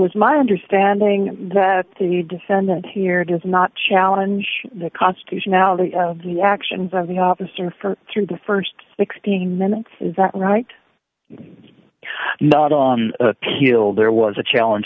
was my understanding that the defendant here does not challenge the constitutionality of the actions of the officer for through the st sixteen minutes is that right not on appeal there was a challenge